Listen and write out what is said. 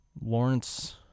Lawrence